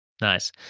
Nice